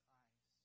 eyes